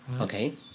Okay